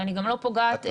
ואני גם לא פוגעת בהם.